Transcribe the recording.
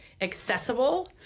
accessible